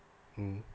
mm